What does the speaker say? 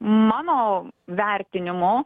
mano vertinimu